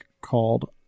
called